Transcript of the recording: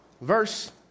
Verse